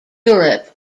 europe